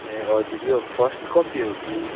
ए हजुर यो first copy हो कि